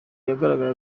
yagaragaye